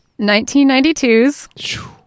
1992's